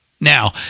Now